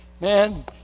man